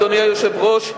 אדוני היושב-ראש,